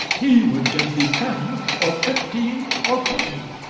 he would give thee ten, or fifteen, or twenty,